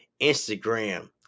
Instagram